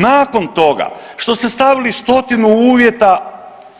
Nakon toga što ste stavili stotinu uvjeta,